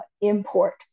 import